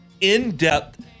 in-depth